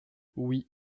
oui